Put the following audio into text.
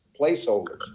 placeholders